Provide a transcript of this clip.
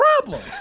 problem